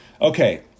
Okay